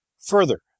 Further